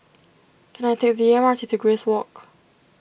can I take the M R T to Grace Walk